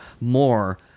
more